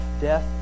death